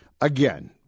Again –